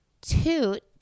toot